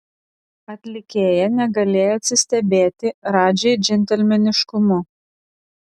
atlikėja negalėjo atsistebėti radži džentelmeniškumu